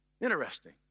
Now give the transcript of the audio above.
Interesting